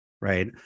Right